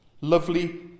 lovely